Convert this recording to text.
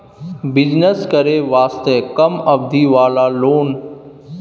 Business करे वास्ते कम अवधि वाला लोन?